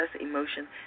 emotion